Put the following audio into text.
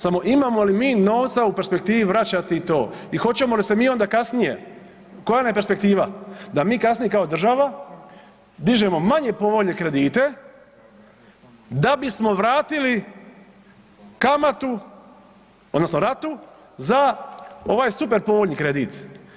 Samo imamo li mi novca u perspektivi vraćati to i hoćemo li se mi onda kasnije, koja nam je perspektiva da mi kasnije kao država dižemo manje povoljne kredite da bismo vratili kamatu odnosno ratu za ovaj super povoljni kredit.